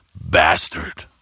Bastard